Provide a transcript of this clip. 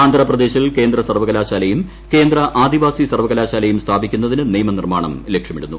ആന്ധ്രാപ്രദേശിൽ കേന്ദ്രസർവകലാശാലയും കേന്ദ്ര ആദി വാസി സർവകലാശാലയും സ്ഥാപിക്കുന്നതിന് നിയമനിർമ്മാണം ലക്ഷ്യമിടുന്നു